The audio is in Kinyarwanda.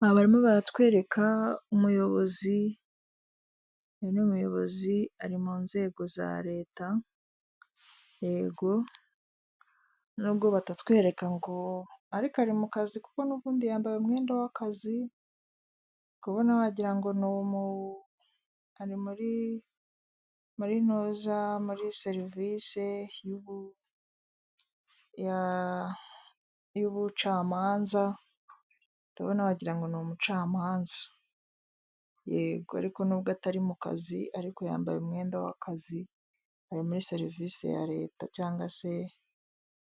Aha barimo baratwereka umuyobozi, uyu n'umuyobozi ari mu nzego za Leta yego, nubwo batatwereka ngo ariko ari mukazi kuko n'ubundi yambaye umwenda w'akazi ndikubona wagira ngo n'umu ari muri muri ntuza muri serivise y'ubu ya y'ubucamanza ndabona wagira ngo n'umucamanza, yego. Ariko nubwo atari mukazi ariko yambaye umwenda w'akazi ari muri serivise ya Leta cyangwa se